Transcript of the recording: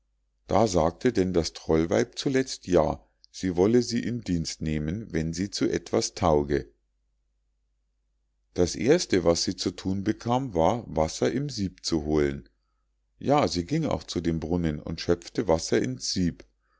da sagte denn das trollweib zuletzt ja sie wolle sie in dienst nehmen wenn sie zu etwas tauge das erste was sie zu thun bekam war wasser im sieb zu holen ja sie ging auch zu dem brunnen und schöpfte wasser ins sieb